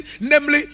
Namely